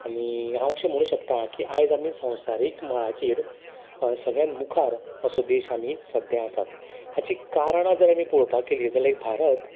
आनी हांव अशें म्हणूं शकता की आयज आमी संवसारीक मळाचेर सगल्यान मुखार असो देश आमी सद्द्यां आसात हाची कारणां जर आमी पळोपाक गेली जाल्यार भारत